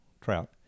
trout